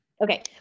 Okay